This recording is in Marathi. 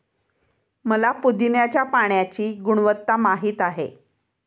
मला पुदीन्याच्या पाण्याची गुणवत्ता माहित आहे